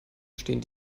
stehen